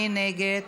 מי נגד?